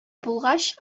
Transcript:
булгач